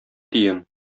тиен